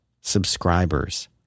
subscribers